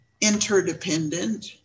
interdependent